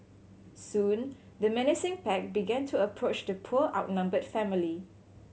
soon the menacing pack began to approach the poor outnumbered family